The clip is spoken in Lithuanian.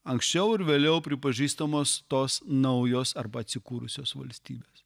anksčiau ir vėliau pripažįstamos tos naujos arba atsikūrusios valstybės